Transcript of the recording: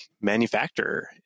manufacturer